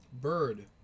bird